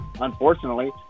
unfortunately